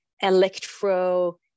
electro